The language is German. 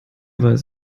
weiß